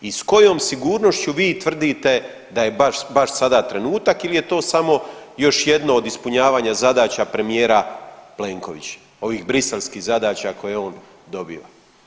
I s kojom sigurnošću vi tvrdite da je baš, baš sada trenutak ili je to samo još jedno od ispunjavanja zadaća premijera Plenkovića, ovih briselskih zadaća koje je on dobio?